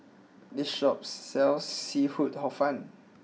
this shop sells Seafood Hor Fun